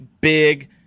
big